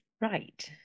right